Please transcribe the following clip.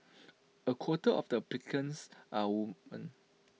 A quarter of the applicants are woman